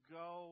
go